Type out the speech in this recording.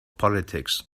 politics